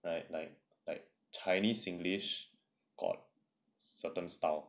like like like chinese singlish got certain style